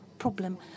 problem